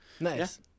Nice